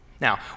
Now